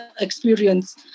experience